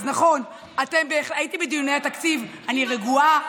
אז נכון, הייתי בדיוני התקציב, אני רגועה.